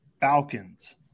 Falcons